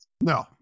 No